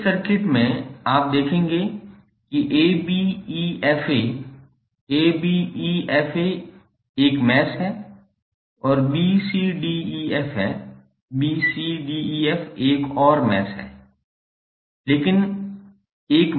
विशेष circuit में आप देखेंगे कि abefa abefa 1 मैश है और bcdef है bcdef एक और मैश है